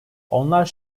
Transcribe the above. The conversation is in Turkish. onlar